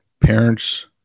parents